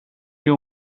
you